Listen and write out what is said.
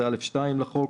112(א)(2) לחוק,